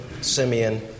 Simeon